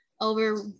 over